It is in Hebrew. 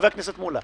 חבר הכנסת מולא,